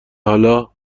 حالا